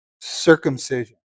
circumcision